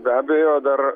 beabejo dar